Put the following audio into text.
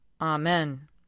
Amen